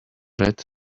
red